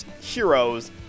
heroes